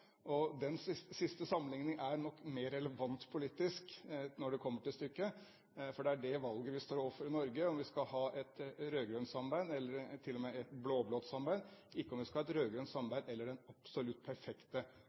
det. Den siste sammenligningen er nok mer relevant politisk når det kommer til stykket, for det valget vi står overfor i Norge, er om vi skal ha et rød-grønt samarbeid eller til og med et blå-blått samarbeid, ikke om vi skal ha et rød-grønt samarbeid eller den absolutt perfekte